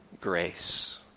grace